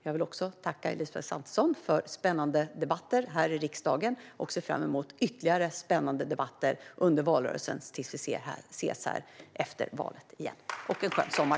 Jag vill tacka Elisabeth Svantesson för spännande debatter här i riksdagen och ser fram emot ytterligare spännande debatter under valrörelsen tills vi ses här efter valet igen. Skön sommar!